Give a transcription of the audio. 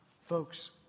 Folks